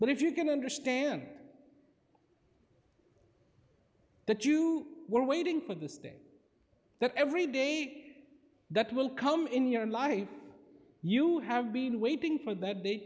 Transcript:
but if you can understand that you were waiting for this day that every day that will come in your life you have been waiting for that